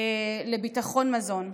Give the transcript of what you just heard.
לביטחון מזון.